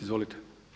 Izvolite.